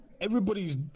Everybody's